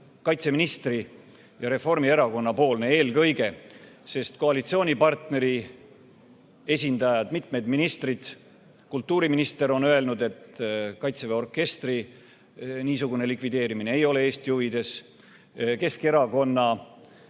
kaitseministri ja Reformierakonna initsiatiiv ja algatus, sest koalitsioonipartneri esindajad, mitmed ministrid, ka kultuuriminister on öelnud, et Kaitseväe orkestri niisugune likvideerimine ei ole Eesti huvides. Keskerakonna